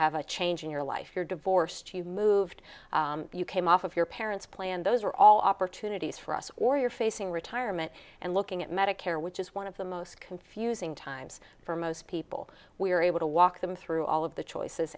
have a change in your life you're divorced you moved you came off of your parents plan those are all opportunities for us or you're facing retirement and looking at medicare which is one of the most confusing times for most people we were able to walk them through all of the